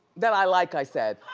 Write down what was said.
that i like, i said.